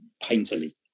painterly